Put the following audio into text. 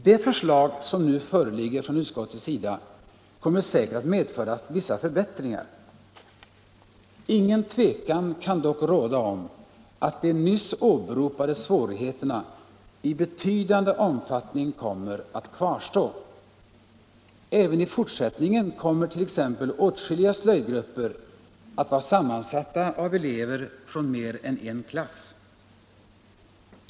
Det förslag som nu föreligger från utskottet kommer säkerligen att medföra vissa förbättringar. Inget tvivel kan dock råda om att de nyss åberopade svårigheterna i betydande omfattning kommer att kvarstå. Även i fortsättningen kommer t.ex. åtskilliga slöjdgrupper att vara sammansatta av elever från mer än en klass.